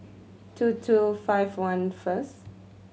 two two five one first